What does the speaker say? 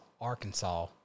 Arkansas